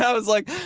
so was like,